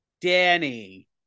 Danny